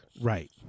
Right